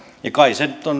ja kai se nyt on